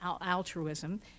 altruism